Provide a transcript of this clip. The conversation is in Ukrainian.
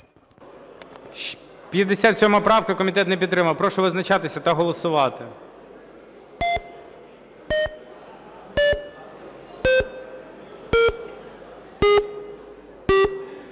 23 правку. Комітетом не підтримана. Прошу визначатися та голосувати.